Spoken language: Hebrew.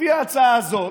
לפי ההצעה הזאת,